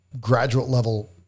graduate-level